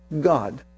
God